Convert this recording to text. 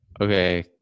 Okay